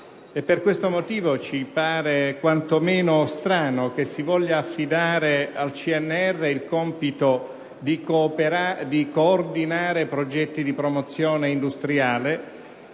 Per questo motivo ci pare quantomeno strano che si voglia affidare al CNR il compito di coordinare progetti di promozione industriale